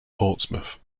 portsmouth